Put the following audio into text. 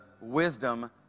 wisdom